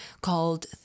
called